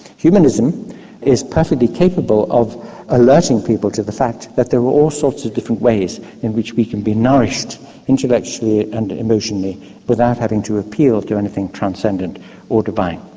humanism is perfectly capable of alerting people to the fact that there are all sorts of different ways in which we can be nourished intellectually and emotionally without having to appeal to anything transcendent or divine.